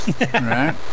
Right